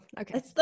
Okay